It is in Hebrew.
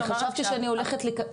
אני חשבתי שאני לקבל.